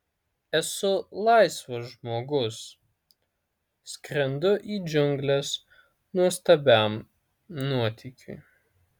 esu laisvas žmogus skrendu į džiungles nuostabiam nuotykiui